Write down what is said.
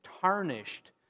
tarnished